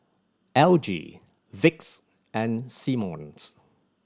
L G Vicks and Simmons